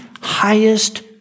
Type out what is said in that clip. highest